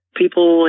people